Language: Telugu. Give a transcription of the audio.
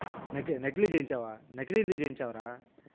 నకి నకిలీ చేయించావా నకిలీ ఎందుకు చేయించావు రాా